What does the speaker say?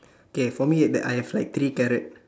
okay for me that I have like three carrot